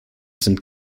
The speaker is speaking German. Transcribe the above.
sind